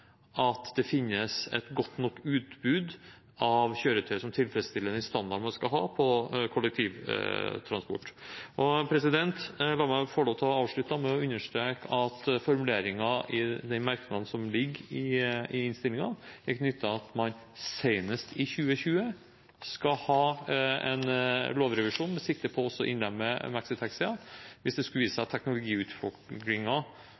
at det finnes et godt nok utbud av kjøretøy som tilfredsstiller den standarden man skal ha på kollektivtransport. La meg få lov til å avslutte med å understreke at formuleringen i den merknaden som ligger i innstillingen, er knyttet til at man senest i 2020 skal ha en lovrevisjon med sikte på å innlemme maxitaxier. Hvis det skulle vise